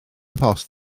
post